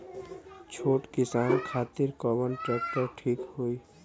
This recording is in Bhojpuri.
छोट किसान खातिर कवन ट्रेक्टर ठीक होई?